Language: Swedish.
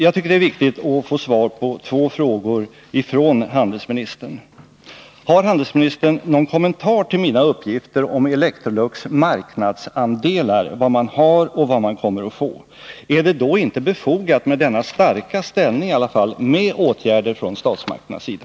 Jag tycker det är viktigt att få svar på två frågor från handelsministern. Har handelsministern någon kommentar till mina uppgifter om Electrolux marknadsandelar — vad man har nu och vad man kommer att få? Är det inte — med denna starka ställning för Electrolux — befogat med åtgärder från statsmakternas sida?